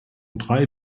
drei